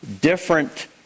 different